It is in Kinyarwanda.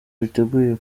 biteguye